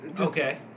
okay